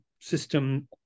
system